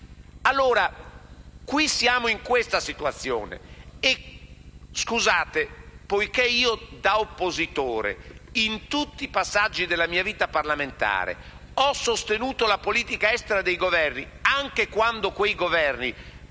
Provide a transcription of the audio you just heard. allora in questa situazione. E poi, scusate, poiché io da oppositore, in tutti i passaggi della mia vita parlamentare, ho sostenuto la politica estera di Governi diversi, anche quando quei Governi